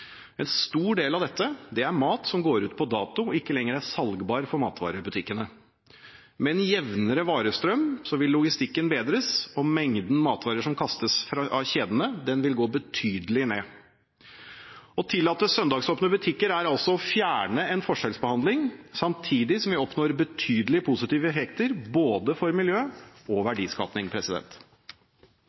En stor del av dette er mat som går ut på dato og ikke lenger er salgbar for matvarebutikkene. Med en jevnere varestrøm vil logistikken bedres, og mengden matvarer som kastes av kjedene, vil gå betydelig ned. Å tillate søndagsåpne butikker er å fjerne en forskjellsbehandling, samtidig som vi oppnår betydelig positive effekter for miljøet og